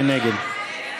מי נגד?